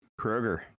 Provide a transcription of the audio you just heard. Kroger